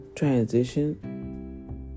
Transition